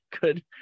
good